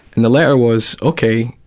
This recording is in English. and the letter was, ok,